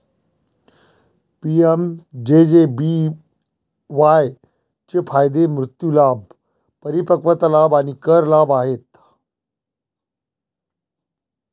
PMJJBY चे फायदे मृत्यू लाभ, परिपक्वता लाभ आणि कर लाभ आहेत